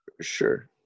Sure